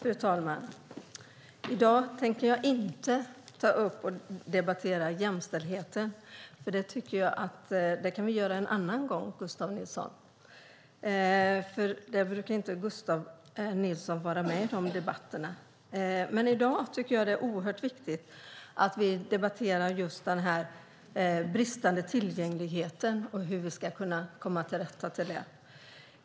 Fru talman! I dag tänker jag inte debattera jämställdhet. Det kan vi göra en annan gång, Gustav Nilsson. Gustav Nilsson brukar inte vara med i de debatterna. I dag är det oerhört viktigt att vi debatterar hur vi ska komma till rätta med den bristande tillgängligheten.